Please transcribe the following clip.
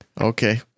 Okay